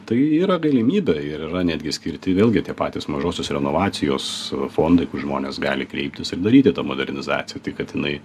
tai yra galimybė ir yra netgi skirti vėlgi tie patys mažosios renovacijos fondai kur žmonės gali kreiptis ir daryti tą modernizaciją tai kad jinai